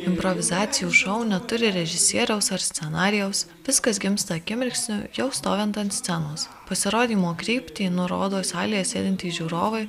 improvizacijų šou neturi režisieriaus ar scenarijaus viskas gimsta akimirksniu jau stovint ant scenos pasirodymo kryptį nurodo salėje sėdintys žiūrovai